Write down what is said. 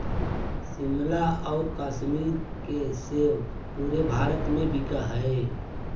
शिमला आउ कश्मीर के सेब पूरे भारत में बिकऽ हइ